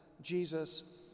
Jesus